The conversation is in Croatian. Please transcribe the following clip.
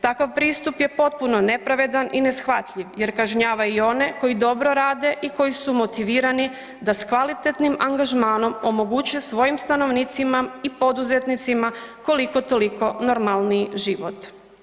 Takav pristup je potpuno nepravedan i neshvatljiv jer kažnjava i one koji dobro rade i koji su motivirani da s kvalitetnim angažmanom omoguće svojim stanovnicima i poduzetnicima koliko toliko normalniji život.